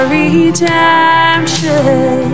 redemption